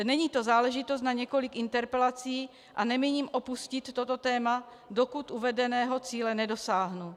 Není to záležitost na několik interpelací a nemíním opustit toto téma, dokud uvedeného cíle nedosáhnu.